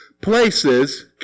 places